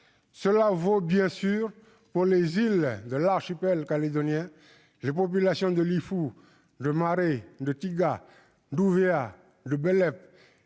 cela vaut, bien sûr, pour les îles de l'archipel calédonien, les populations de Lifou, de Maré, de Tiga, d'Ouvéa, de Bélep